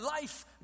Life